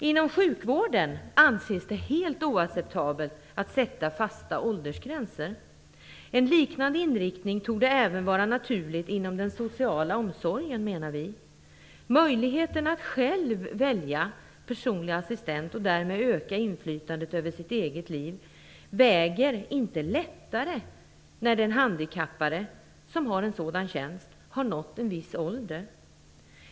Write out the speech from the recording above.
Inom sjukvården anses det helt oacceptabelt att sätta fasta åldersgränser. En liknande inriktning torde även vara naturlig inom den sociala omsorgen, menar vi. Möjligheten att själv välja personlig assistent, och därmed öka inflytandet över sitt eget liv, väger inte lättare när den handikappade som har en sådan tjänst har nått en viss ålder.